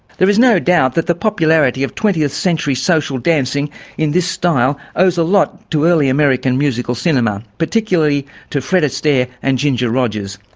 there is no doubt that the popularity of the twentieth century social dancing in this style owes a lot to early american musical cinema, particularly to fred astaire and ginger rogers.